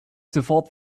sofort